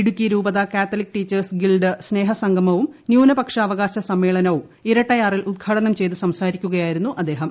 ഇടുക്കി രൂപത Catholic teachers guild സ്നേഹസംഗമവും ന്യൂനപക്ഷ അവകാശ സമ്മേളനവും ഇരട്ടയാറിൽ ഉദ്ഘാടനം ചെയ്ത് സംസാരിക്കുകയാ യിരുന്നു അദ്ദേഹം